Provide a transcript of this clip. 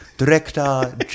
Director